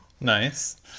Nice